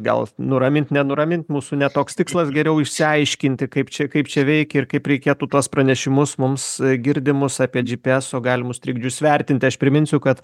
gal nuramint nenuramint mūsų ne toks tikslas geriau išsiaiškinti kaip čia kaip čia veikia ir kaip reikėtų tuos pranešimus mums girdimus apie džy py eso galimus trikdžius vertinti aš priminsiu kad